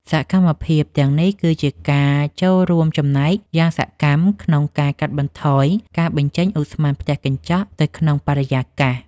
សកម្មភាពទាំងនេះគឺជាការចូលរួមចំណែកយ៉ាងសកម្ម ក្នុងការកាត់បន្ថយការបញ្ចេញឧស្ម័នផ្ទះកញ្ចក់ទៅក្នុងបរិយាកាស។